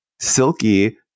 silky